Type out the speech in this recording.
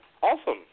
Awesome